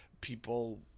people